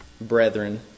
brethren